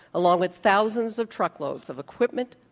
along with thousands of truckloads of equipment,